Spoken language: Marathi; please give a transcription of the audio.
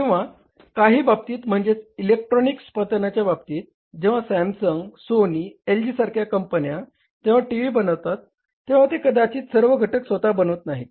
किंवा काही बाबतीत म्हणजेच इलेक्ट्रॉनिक्स उत्पादनाच्या बाबतीत जेव्हा सॅमसंग सोनी एलजी सारख्या कंपन्या जेव्हा टीव्ही बनवतात तेव्हा ते कदाचित सर्व घटक स्वतः बनवत नाहीत